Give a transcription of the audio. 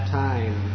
time